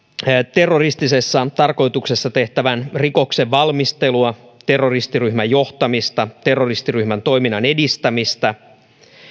terroristisessa tarkoituksessa tehtävän rikoksen valmistelua terroristiryhmän johtamista terroristiryhmän toiminnan edistämistä